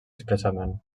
expressament